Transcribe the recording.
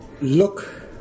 look